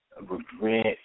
regret